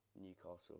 Newcastle